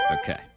Okay